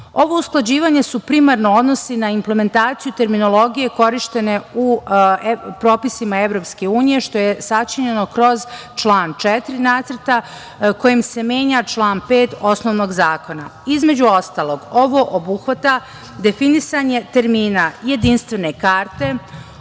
Ovo usklađivanje se primarno odnosi na implementaciju terminologije korišćene u propisima Evropske unije, što je sačinjeno kroz član 4. Nacrta, kojim se menja član 5. osnovnog zakona. Između ostalog, ovo obuhvata definisanje termina jedinstvene karte,